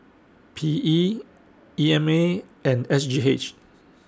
P E E M A and S G H